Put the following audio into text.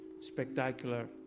spectacular